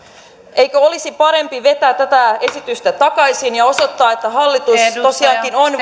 eikö olisi parempi vetää tämä esitys takaisin ja osoittaa että hallitus tosiaankin on